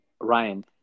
Ryan